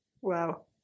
Wow